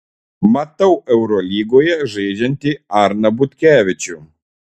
matau eurolygoje žaidžiantį arną butkevičių